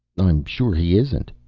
i am sure he isn't,